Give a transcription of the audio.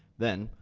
then,